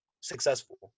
successful